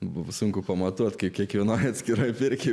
buvo sunku pamatuoti kiek kiekvienai atskirai pirkti